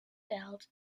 belt